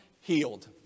healed